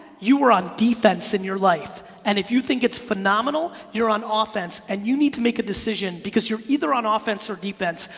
you are on defense in your life and if you think it's phenomenal, you're on ah offense. and you need to make a decision. because you're either on offense or defense.